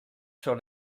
sur